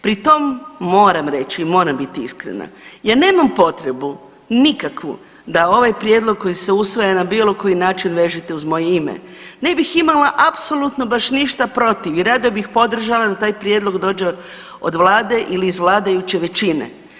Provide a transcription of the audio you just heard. Pri tom moram reći i moram biti iskrena ja nemam potrebu nikakvu da ovaj prijedlog koji se usvaja na bilo koji način vežete uz moje ime, ne bih imala apsolutno baš ništa protiv i rado bih podržala da taj prijedlog dođe od Vlade ili iz vladajuće većine.